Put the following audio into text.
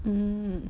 mmhmm